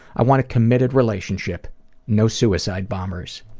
i want a committed relationship no suicide bombers.